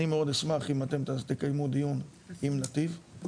אני מאוד אשמח אם אתם תקיימו דיון עם "נתי"ב".